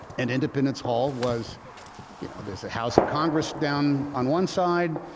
and independence hall was you know, there's a house of congress down on one side.